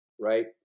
right